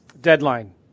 deadline